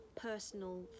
personal